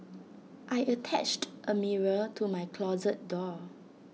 I attached A mirror to my closet door